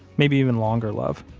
maybe even longer love.